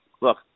Look